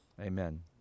Amen